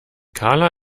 karla